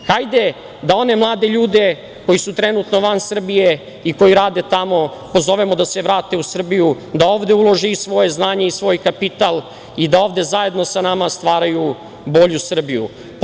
Hajde da one mlade ljude koji su trenutno van Srbije i koji rade tamo pozovemo da se vrate u Srbiju, da ovde ulože i svoje znanje i svoj kapital i da ovde zajedno sa nama stvaraju bolju Srbiju.